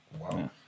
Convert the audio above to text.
wow